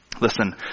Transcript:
Listen